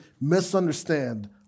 misunderstand